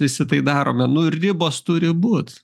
visi tai darome nu ir ribos turi būt